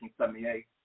1978